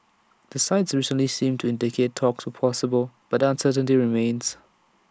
the sides recently seemed to indicate talks were possible but the uncertainty remains